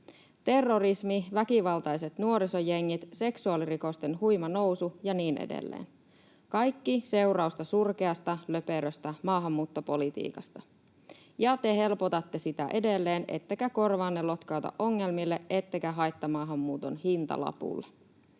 Terrorismi, väkivaltaiset nuorisojengit, seksuaalirikosten huima nousu ja niin edelleen — kaikki seurausta surkeasta, löperöstä maahanmuuttopolitiikasta, ja te helpotatte sitä edelleen ettekä korvaanne lotkauta ongelmille ettekä haittamaahanmuuton hintalapulle.